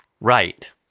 Right